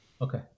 Okay